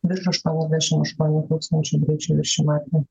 virš aštuoniasdešimt aštuonių tūkstančių greičio viršijimo atvejų